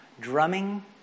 drumming